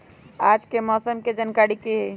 आज के मौसम के जानकारी कि हई?